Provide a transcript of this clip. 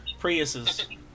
Priuses